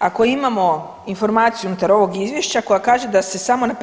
Ako imamo informaciju unutar ovog izvješća koja kaže da se samo na